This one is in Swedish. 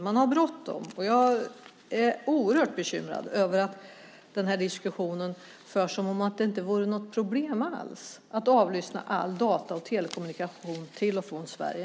Man har bråttom, och jag är oerhört bekymrad över att denna diskussion förs som om det inte vore något problem alls att avlyssna all data och telekommunikation till och från Sverige.